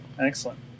excellent